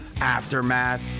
aftermath